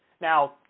Now